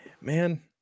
Man